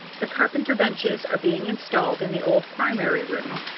the carpenter benches are being installed in the old primary room,